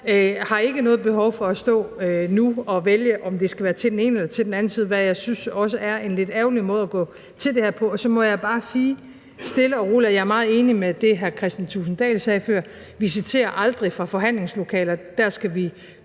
har ikke noget behov for at stå nu og vælge, om det skal være til den ene eller til den anden side, hvad jeg også synes er en lidt ærgerlig måde at gå til det her på. Og så må jeg bare sige stille og roligt, at jeg er meget enig i det, hr. Kristian Thulesen Dahl sagde før: Vi citerer aldrig fra forhandlingslokaler. Der skal vi